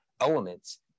elements